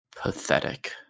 Pathetic